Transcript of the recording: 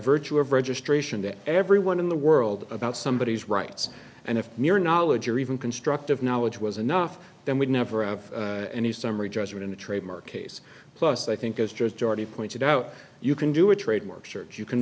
virtue of registration that everyone in the world about somebodies rights and if mere knowledge or even constructive knowledge was enough then we'd never have any summary judgement in a trademark case plus i think it's just already pointed out you can do a trade mark church you can